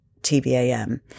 tbam